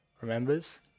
remembers